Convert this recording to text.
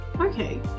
Okay